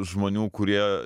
žmonių kurie